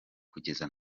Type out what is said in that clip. kugeza